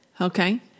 Okay